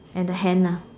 and the hand ah